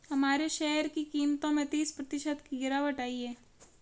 हमारे शेयर की कीमतों में तीस प्रतिशत की गिरावट आयी है